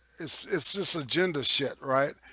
it's it's just a gender shit right